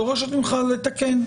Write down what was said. דורשת ממך לתקן.